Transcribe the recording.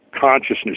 consciousness